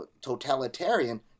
totalitarian